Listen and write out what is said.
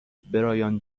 برایان